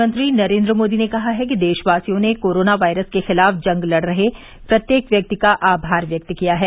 प्रधानमंत्री नरेंद्र मोदी ने कहा है कि देशवासियों ने कोरोना वायरस के खिलाफ जंग लड़ रहे प्रत्येक व्यक्ति का आभार व्यक्त किया है